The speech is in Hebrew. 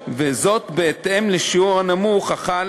בהתאם לשיעור הנמוך החל